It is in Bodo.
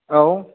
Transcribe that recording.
औ